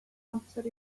amser